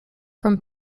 from